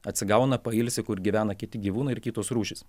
atsigauna pailsi kur gyvena kiti gyvūnai ir kitos rūšys